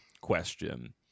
question